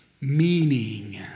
meaning